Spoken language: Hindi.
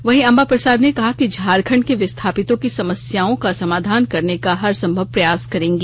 वहीं अंबा प्रसाद ने कहा कि झारखंड के विस्थापितों की समस्याओं समाधान करने का हर संभव प्रयास करेंगी